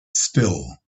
still